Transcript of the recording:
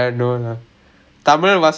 cut out for acting